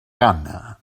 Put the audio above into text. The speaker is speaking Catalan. ghana